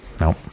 no